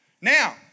Now